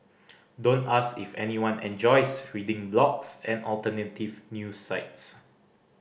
don't ask if anyone enjoys reading blogs and alternative news sites